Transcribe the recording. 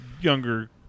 younger